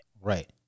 Right